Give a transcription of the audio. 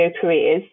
careers